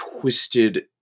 twisted